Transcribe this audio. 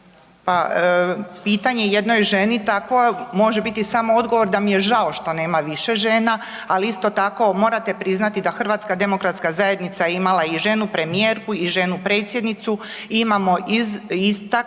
Pa pitanje jednoj ženi takvo može biti samo odgovor da mi je žao što nema više žena. Ali isto tako morate priznati da Hrvatska demokratska zajednica imala je i ženu premijerku i ženu predsjednicu i imamo na